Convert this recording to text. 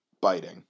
biting